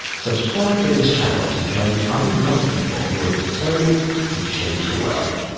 subscribe to this channel to join other young people who are determined to change the world.